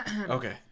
okay